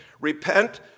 repent